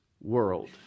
world